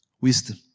Wisdom